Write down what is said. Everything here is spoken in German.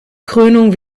krönung